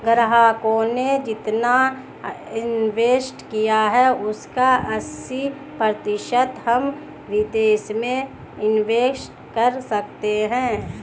ग्राहकों ने जितना इंवेस्ट किया है उसका अस्सी प्रतिशत हम विदेश में इंवेस्ट कर सकते हैं